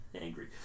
Angry